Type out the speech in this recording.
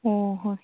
ꯑꯣ ꯍꯣꯏ